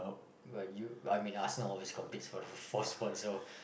what you I mean Arsenal always competes for the fourth spot so